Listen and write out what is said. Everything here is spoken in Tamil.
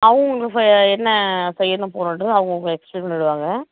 அவங்க உங்களை ஃப என்ன செய்யணும் போகணுன்றது அவங்க உங்களுக்கு எக்ஸ்பிளைன் பண்ணிவிடுவாங்க